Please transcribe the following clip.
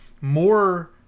more